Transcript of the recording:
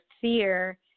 fear